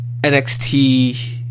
NXT